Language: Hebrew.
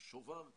שובר כזה,